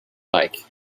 like